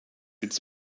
its